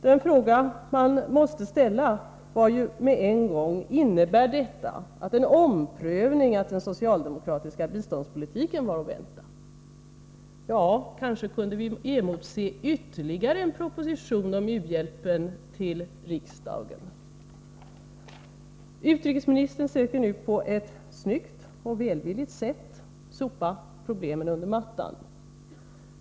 De frågor man genast måste ställa är: Innebar dessa att en omprövning av den socialdemokratiska biståndspolitiken var att vänta? Kunde vi kanske t.o.m. emotse ytterligare en proposition till riksdagen om u-hjälpen? Utrikesministern söker nu på ett snyggt och välvilligt sätt sopa problemen under mattan.